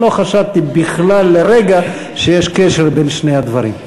לא חשדתי בכלל לרגע שיש קשר בין שני הדברים.